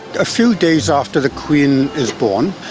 a few days after the queen is born,